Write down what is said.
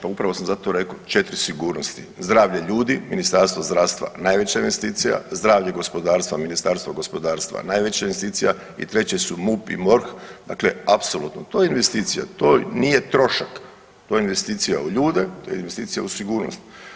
Pa upravo sam zato rekao četiri sigurnosti zdravlje ljudi, Ministarstvo zdravstva najveća investicija, zdravlje gospodarstva Ministarstvo gospodarstva najveća investicija i treće su MUP i MORH dakle apsolutno to je investicija, to nije trošak, to je investicija u ljude, to je investicija u sigurnost.